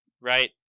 Right